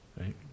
right